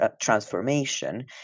transformation